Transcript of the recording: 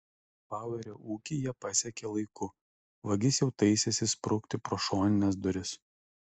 bauerio ūkį jie pasiekė laiku vagis jau taisėsi sprukti pro šonines duris